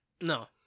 No